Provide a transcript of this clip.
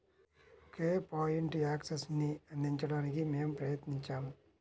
ఒకే point యాక్సెస్ను అందించడానికి మేము ప్రయత్నించాము